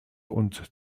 und